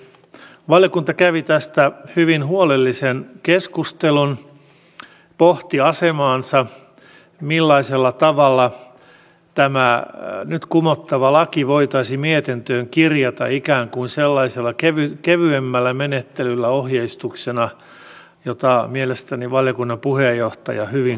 valiokunta kävi tästä hyvin huolellisen keskustelun pohti asemaansa millaisella tavalla tämä nyt kumottava laki voitaisiin mietintöön kirjata ikään kuin sellaisella kevyemmällä menettelyllä ohjeistuksena jota mielestäni valiokunnan puheenjohtaja hyvin kuvasi